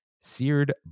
Seared